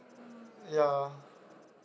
ya